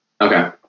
Okay